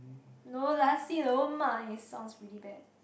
no nasi-lemak it sounds pretty bad